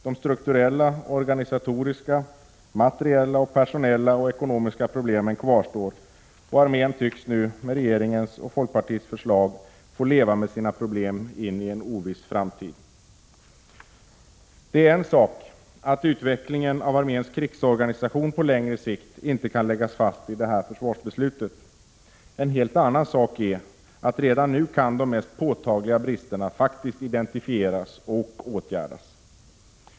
De strukturella, organisatoriska, materiella, personella och ekonomiska problemen kvarstår, och armén tycks nu med regeringens och folkpartiets förslag få leva med sina problem in i en oviss framtid. Det är en sak att utvecklingen av arméns krigsorganisation på längre sikt inte kan läggas fast i detta försvarsbeslut. En helt annan sak är att de mest påtagliga bristerna redan nu kan identifieras och åtgärdas.